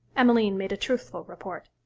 emmeline made a truthful report.